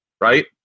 right